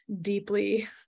deeply